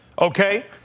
Okay